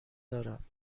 دارم